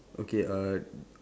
okay uh